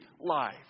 life